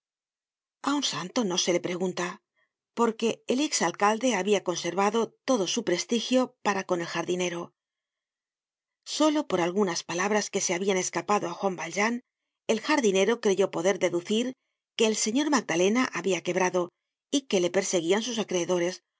a un santo no se le pregunta porque el ex alcalde habia conservado todo su prestigio para con el jardinero solo por algunas palabras que se habian escapado á juan valjean el jardinero creyó poder deducir que el señor magdalena habia quebrado y que le perseguían sus acreedores